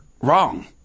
wrong